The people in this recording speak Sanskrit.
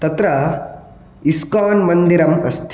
तत्र इस्कान् मन्दिरम् अस्ति